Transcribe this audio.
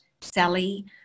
Sally